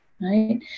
right